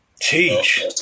Teach